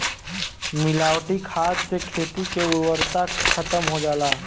मिलावटी खाद से खेती के उर्वरता खतम हो जाला